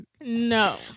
No